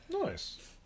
nice